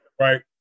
Right